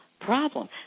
problem